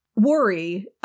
worry